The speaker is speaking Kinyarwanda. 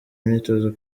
imyitozo